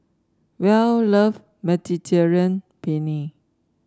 Well love Mediterranean Penne